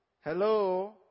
Hello